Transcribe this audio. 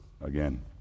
again